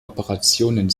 operationen